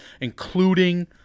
including